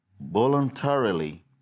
voluntarily